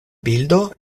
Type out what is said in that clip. bildo